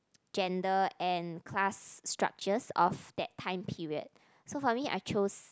gender and class structures of that time period so for me I chose